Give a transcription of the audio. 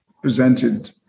presented